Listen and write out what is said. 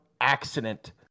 accident